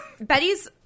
Betty's